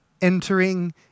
entering